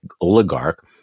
oligarch